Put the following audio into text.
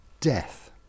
death